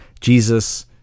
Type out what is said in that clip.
Jesus